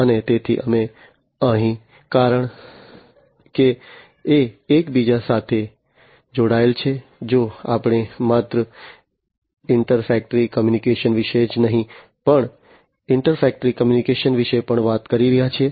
અને તેથી અમે અહીં કારણ કે તે એકબીજા સાથે જોડાયેલ છે જો આપણે માત્ર ઇન્ટ્રા ફેક્ટરી કમ્યુનિકેશન વિશે જ નહીં પણ ઇન્ટર ફેક્ટરી કમ્યુનિકેશન વિશે પણ વાત કરી રહ્યા છીએ